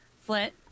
Flint